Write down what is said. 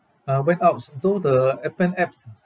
uh went outs you know the appen apps